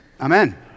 Amen